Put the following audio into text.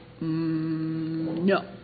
No